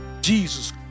Jesus